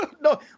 No